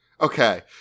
Okay